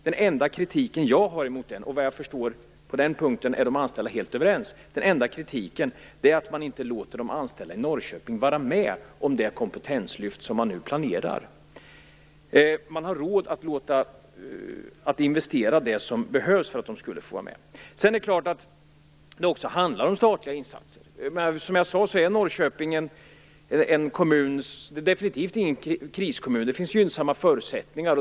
Den enda kritiken jag har mot den, och på den punkten är de anställda vad jag förstår helt överens med mig, är att man inte låter de anställda i Norrköping vara med om det kompetenslyft man nu planerar. Man har råd att investera det som behövs för att de skulle kunna vara med. Sedan är det klart att det också handlar om statliga insatser. Norrköping är, som jag sade, definitivt ingen kriskommun. Det finns gynnsamma förutsättningar.